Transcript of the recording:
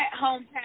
hometown